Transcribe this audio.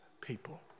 people